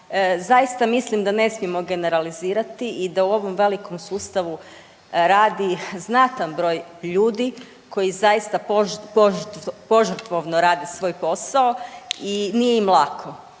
Zaista mislim da ne smijemo generalizirati i da u ovom velikom sustavu radi znatan broj ljudi koji zaista požrtvovno radi svoj posao i nije im lako,